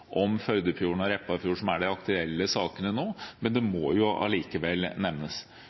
om Førdefjorden og Repparfjorden, som er de aktuelle sakene nå, men det må allikevel nevnes.